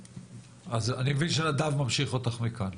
אני מבין שנדב ממשיך אותך מכאן.